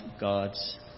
God's